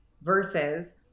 Versus